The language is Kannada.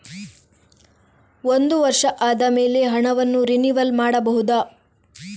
ಒಂದು ವರ್ಷ ಆದಮೇಲೆ ಹಣವನ್ನು ರಿನಿವಲ್ ಮಾಡಬಹುದ?